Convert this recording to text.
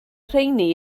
rheiny